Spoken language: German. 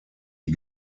die